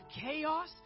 chaos